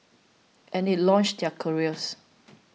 and it launched their careers